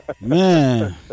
man